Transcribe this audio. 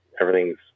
everything's